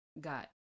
Got